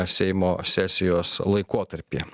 seimo sesijos laikotarpyje